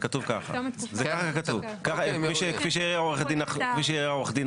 זה כתוב ככה, כפי שתראה עורכת הדין